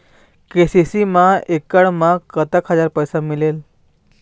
KCC मा एकड़ मा कतक हजार पैसा मिलेल?